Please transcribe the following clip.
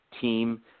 team